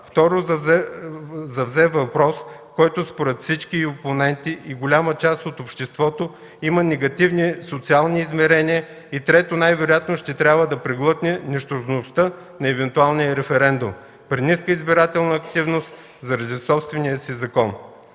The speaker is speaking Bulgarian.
Второ, завзе въпрос, който според всички опоненти и голяма част от обществото има негативни социални измерения. И трето, най-вероятно ще трябва да преглътне нищожността на евентуалния референдум при ниска избирателна активност заради собствения си закон.